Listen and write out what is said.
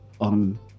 on